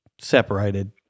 separated